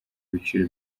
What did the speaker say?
ibiciro